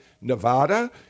Nevada